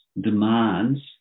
demands